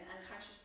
unconscious